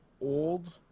old